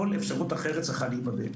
כל אפשרות אחרת צריכה להיבדק.